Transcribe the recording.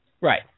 Right